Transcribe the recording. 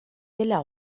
dela